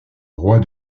roi